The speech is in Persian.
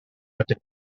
بده